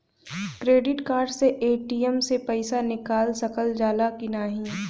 Credit card से ATM से पइसा निकाल सकल जाला की नाहीं?